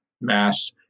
mass